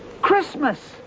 Christmas